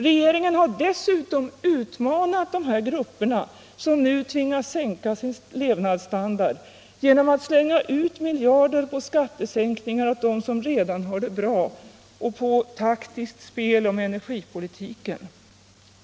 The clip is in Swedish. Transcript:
Regeringen har dessutom utmanat dessa grupper, som nu tvingas sänka sin levnadsstandard, genom att slänga ut miljarder på skattesänkningar åt dem som redan har det bra och på taktiskt spel om energipolitiken.